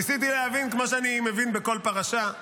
ניסיתי להבין, כמו שאני מבין בכל פרשה.